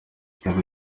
byari